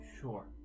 Sure